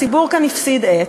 הציבור הפסיד כאן עץ,